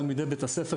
אותם.